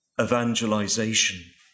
evangelization